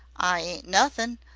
i ain't nothin'.